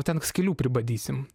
ten skylių pribadysim